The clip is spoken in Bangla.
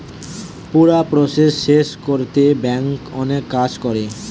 পুরা প্রসেস শেষ কোরতে ব্যাংক অনেক কাজ করে